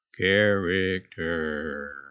Character